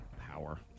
power